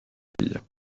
filla